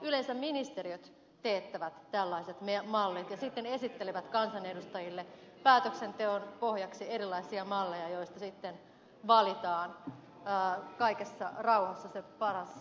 yleensä ministeriöt teettävät tällaiset mallit ja sitten ne esittelevät kansanedustajille päätöksenteon pohjaksi erilaisia malleja joista sitten valitaan kaikessa rauhassa se paras malli